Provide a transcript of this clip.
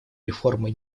реформы